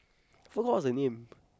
forgot what was the name